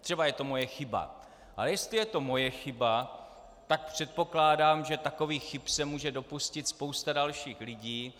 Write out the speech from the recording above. Třeba je to moje chyba, ale jestli je to moje chyba, tak předpokládám, že takových chyb se může dopustit spousta dalších lidí.